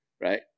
Right